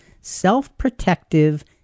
self-protective